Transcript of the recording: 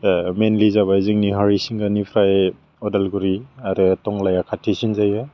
ओह मेइनलि जाबाय जोंनि हरिसिंयानिफ्राय अदालगुरि आरो टंलाया खाथिसिन जायो